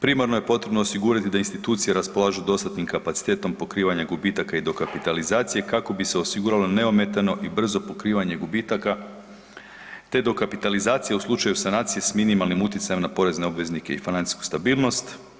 Primarno je potrebno osigurati da institucije raspolažu dostatnim kapacitetom pokrivanja gubitaka i dokapitalizacije kako bi se osiguralo neometano i brzo pokrivanje gubitaka te dokapitalizacije u slučaju sanacije s minimalnim utjecajem na porezne obveznike i financijska stabilnost.